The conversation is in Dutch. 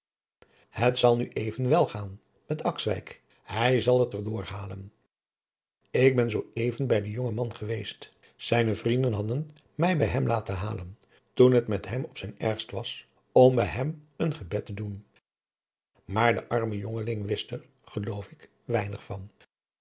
het zal nu evenwel gaan met akswijk hij zal het er dooradriaan loosjes pzn het leven van hillegonda buisman halen ik ben zoo even bij den jongman geweest zijne vrienden hadden mij bij hem laten halen toen het met hem op zijn ergst was om bij hem een gebed te doen maar de arme jongeling wist er geloof ik weinig van